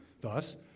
Thus